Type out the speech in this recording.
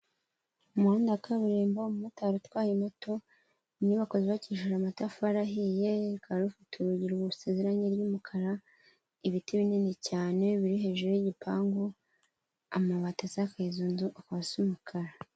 Umuhanda wa kaburimbo, umumotari utwaye moto, inyubako zubabakikije amatafari ahiye, rukaba rufite urugi rusize irangi ry'umukara, ibiti binini cyane biri hejuru y'igipangu, amabati asakaje inzu akaba asa umukara.